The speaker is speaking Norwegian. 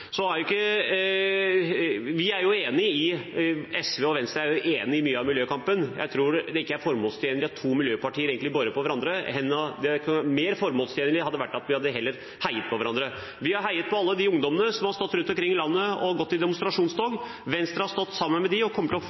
SV og Venstre er enig i mye av miljøkampen. Jeg tror ikke det er formålstjenlig at to miljøpartier borer på hverandre, det hadde heller vært mer formålstjenlig om vi heiet på hverandre. Vi har heiet på alle de ungdommene rundt omkring i landet som har gått i demonstrasjonstog. Venstre har stått sammen med dem og kommer til